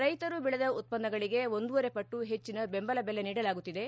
ರೈತರು ಬೆಳೆದ ಉತ್ಪನ್ನಗಳಿಗೆ ಒಂದೂವರೆಪಟ್ಟು ಹೆಚ್ಚಿನ ಬೆಂಬಲ ಬೆಲೆ ನೀಡಲಾಗುತ್ತಿದೆ